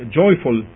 joyful